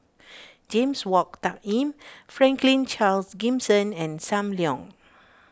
James Wong Tuck Yim Franklin Charles Gimson and Sam Leong